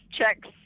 checks